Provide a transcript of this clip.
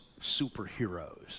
superheroes